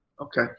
Okay